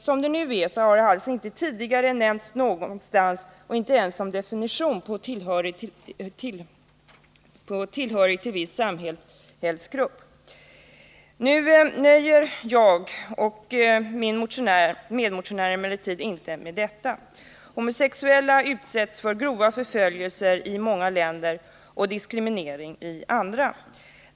Som det nu är har detta alltså inte nämnts tidigare någonstans — inte ens som definition på tillhörighet till viss samhällsgrupp. Jag och min medmotionär nöjer oss emellertid inte med att homosexuella får stanna på grund av humanitära skäl. Vi vill gå längre. Homosexuella utsätts för grova förföljelser i många länder och diskriminering i andra.